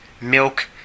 milk